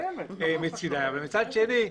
עיקולים אצל צדדי ג',